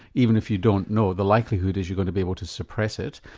even if you don't know the likelihood is you're going to be able to suppress it.